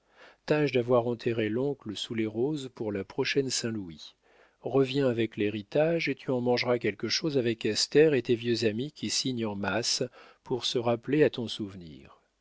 tâche d'avoir enterré l'oncle sous les roses pour la prochaine saint-louis reviens avec l'héritage et tu en mangeras quelque chose avec esther et tes vieux amis qui signent en masse pour se rappeler à ton souvenir